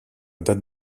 date